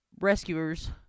rescuers